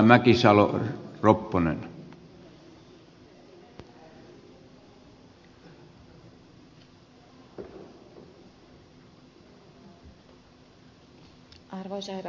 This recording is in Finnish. arvoisa herra puhemies